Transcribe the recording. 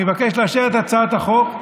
אני מבקש לאשר את הצעת החוק,